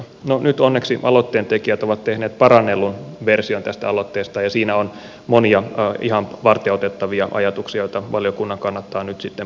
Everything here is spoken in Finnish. no nyt onneksi aloitteentekijät ovat tehneet parannellun version tästä aloitteesta ja siinä on monia ihan varteenotettavia ajatuksia joita valiokunnan kannattaa nyt sitten punnita tarkoin